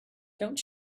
don’t